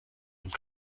und